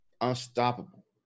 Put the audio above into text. Unstoppable